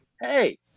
hey